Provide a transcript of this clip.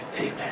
Amen